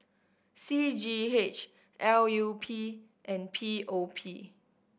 C G H L U P and P O P